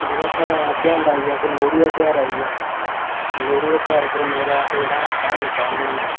जि'यां साढ़े ध्यार आइया इक्क लोह्ड़ी दा ध्यार आइया ते लोह्ड़ी ध्यार दे मगरा अस जेह्ड़ा हरण चाढ़ने होन्ने